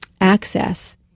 access